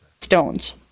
stones